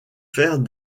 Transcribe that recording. faire